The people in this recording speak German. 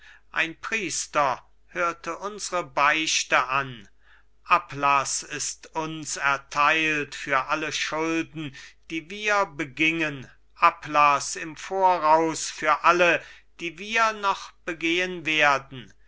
ein priester hörte unsre beichte an ablaß ist uns erteilt für alle schulden die wir begingen ablaß im voraus für alle die wir noch begehen werden